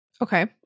Okay